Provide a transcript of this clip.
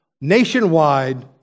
nationwide